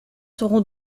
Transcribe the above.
seront